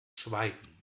schweigen